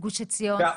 גוש עציון?